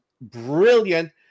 brilliant